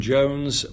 Jones